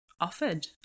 offered